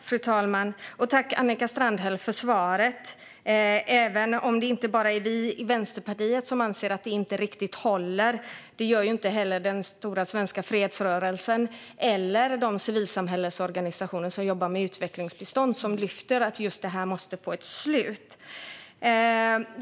Fru talman! Jag tackar Annika Strandhäll för svaret - även om det inte bara är vi i Vänsterpartiet som anser att det inte riktigt håller. Det gör inte heller den stora svenska fredsrörelsen eller de civilsamhällesorganisationer som jobbar med utvecklingsbistånd, som lyfter fram att detta måste få ett slut.